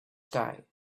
sky